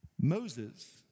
Moses